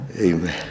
amen